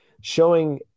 showing